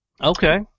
Okay